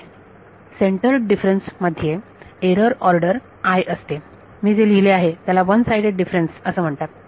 होय centred difference मध्ये error order असते मी जे लिहिले आहे त्याला वन साईडेड डिफरेन्स असे म्हणतात